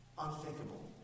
Unthinkable